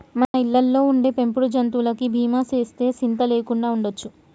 మన ఇళ్ళలో ఉండే పెంపుడు జంతువులకి బీమా సేస్తే సింత లేకుండా ఉండొచ్చు